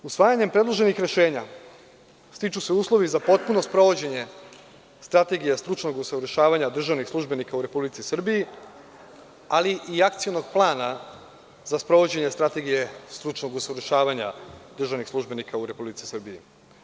Usvajanjem predloženih rešenja stiču se uslovi za potpuno sprovođenje Strategije stručnog usavršavanja državnih službenika u Republici Srbiji, ali i Akcionog plana za sprovođenje Strategije stručnog usavršavanja državnih službenika u Republici Srbiji.